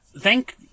thank